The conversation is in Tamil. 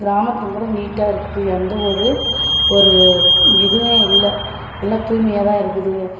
கிராமத்தில் கூட நீட்டாக இருக்குது எந்த ஒரு ஒரு இதுவுமே இல்லை எல்லாம் தூய்மையாகதான் இருக்குது